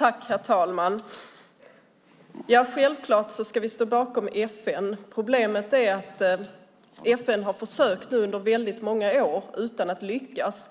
Herr talman! Självklart ska vi stå bakom FN. Problemet är att FN under många år har försökt utan att lyckas.